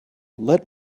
let